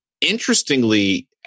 Interestingly